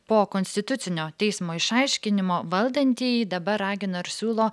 po konstitucinio teismo išaiškinimo valdantieji dabar ragino ir siūlo